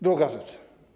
Druga rzecz.